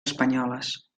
espanyoles